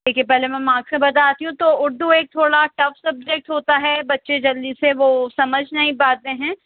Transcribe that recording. ٹھیک ہے پہلے میں مارکس بتاتی ہوں تو اردو ایک تھوڑا ٹف سبجیکٹ ہوتا ہے بچے جلدی سے وہ سمجھ نہیں پاتے ہیں